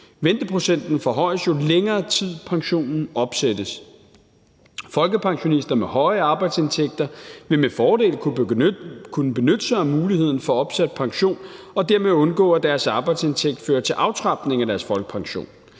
Ventreprocenten forhøjes, jo længere tid pensionen opsættes. Folkepensionister med høje arbejdsindtægter vil med fordel kunne benytte sig af muligheden for opsat pension og dermed undgå, at deres arbejdsindtægt fører til aftrapning af deres folkepension.